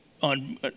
on